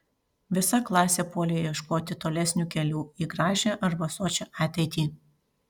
visa klasė puolė ieškoti tolesnių kelių į gražią arba sočią ateitį